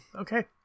okay